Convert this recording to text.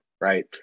right